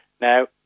Now